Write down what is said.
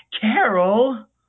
Carol